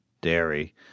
dairy